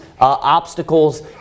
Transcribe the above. obstacles